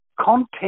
content